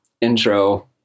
intro